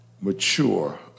mature